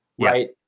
right